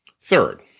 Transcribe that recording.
Third